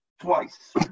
twice